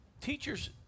Teachers